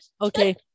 Okay